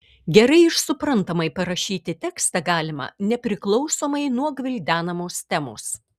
gerai ir suprantamai parašyti tekstą galima nepriklausomai nuo gvildenamos temos